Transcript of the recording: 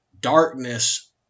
darkness